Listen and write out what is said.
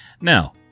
Now